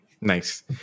Nice